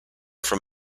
from